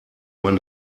man